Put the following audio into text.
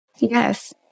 yes